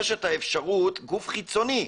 יש את האפשרות לגוף חיצוני,